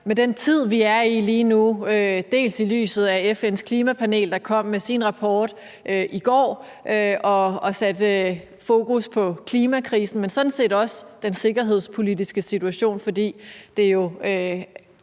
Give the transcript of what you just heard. med den tid, vi er i lige nu, altså i lyset af FN's klimapanels rapport, der kom i går og satte fokus på klimakrisen, men sådan set også af den sikkerhedspolitiske situation? For det kan jo